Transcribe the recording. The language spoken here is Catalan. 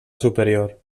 superior